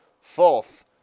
fourth